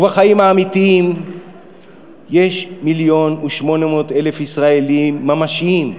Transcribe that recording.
ובחיים האמיתיים יש מיליון ו-800,000 ישראלים ממשיים,